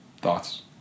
Thoughts